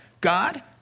God